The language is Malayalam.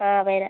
ആ വരാം